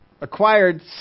acquired